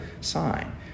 sign